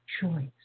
choice